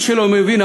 למי שלא מבין,